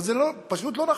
אבל זה פשוט לא נכון.